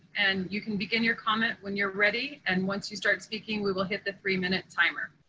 and you can begin your comment when you're ready. and once you start speaking, we will hit the three-minute timer.